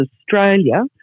Australia